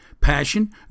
passion